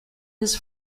his